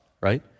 right